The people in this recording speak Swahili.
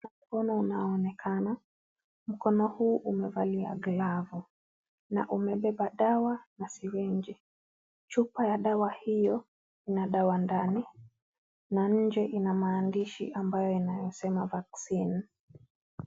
Mkono unaonekana. Mkono huu umevalia glavu na umebeba dawa na sirinji. Chupa ya dawa hiyo ina dawa ndani na nje ina maandishi ambayo inayosema " Vaccine ".